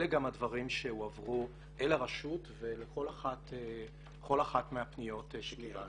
אלה גם הדברים שהועברו אל הרשות ולכל אחת מהפניות שקיבלנו.